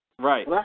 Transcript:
Right